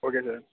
okay sir